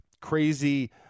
crazy